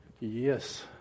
Yes